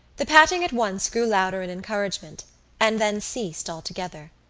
the patting at once grew louder in encouragement and then ceased altogether.